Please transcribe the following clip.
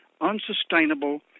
unsustainable